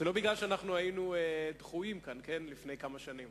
זה לא בגלל שהיינו דחויים כאן לפני כמה שנים